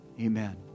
Amen